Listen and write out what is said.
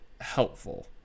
helpful